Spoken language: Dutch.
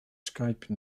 skype